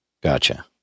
Gotcha